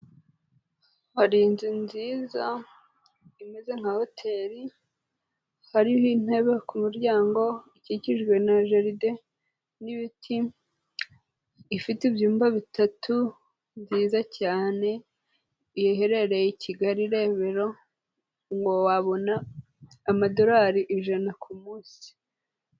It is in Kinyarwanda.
Hari inzu nziza imeze nka hotel hariho intebe ku muryango ikikijwe na gerdein n,ibiti ifite ibyumba bitatu nziza cyane iyo iherereye i kigali rebero ngo wabona amadorari ijana kumunsi.